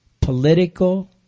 political